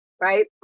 Right